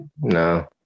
No